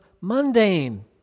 mundane